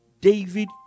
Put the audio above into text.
David